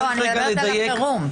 לא, אני מדברת על החירום.